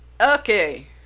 Okay